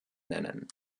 nennen